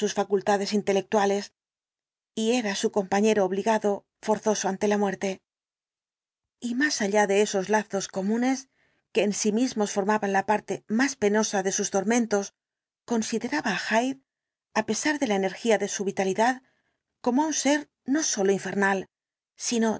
facultades intelectuales y era su compañero obligado el dr jekyll forzoso ante la muerte y más allá de esos lazos comunes que en sí mismos formaban la parte más penosa de sus tormentos consideraba á hyde á pesar de la energía de su vitalidad como á un ser no sólo infernal sino